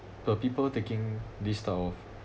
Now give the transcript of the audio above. the people taking this type of